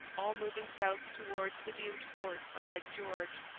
all moving south towards the doomed fort on lake george.